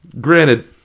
Granted